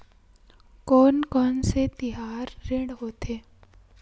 कोन कौन से तिहार ऋण होथे?